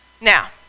Now